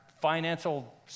financial